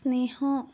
ସ୍ନେହ